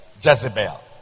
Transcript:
Jezebel